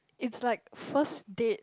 it's like first date